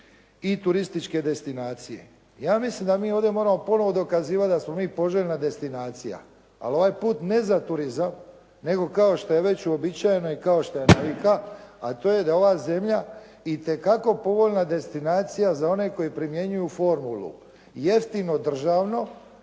i turističke destinacije. Ja mislim da mi ovdje moramo ponovo dokazivati da smo mi poželjna destinacija, ali ovaj put ne za turizam, nego kao što je već uobičajeno i kao što … /Govornik se ne razumije./ …, a to je da ova zemlja itekako povoljna destinacija za one koji primjenjuju formulu jeftino državno